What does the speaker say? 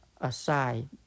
aside